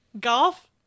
Golf